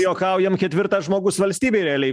juokaujam ketvirtas žmogus valstybėj realiai